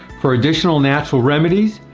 for additional natural remedies,